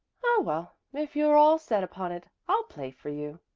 oh well, if you're all set upon it, i'll play for you,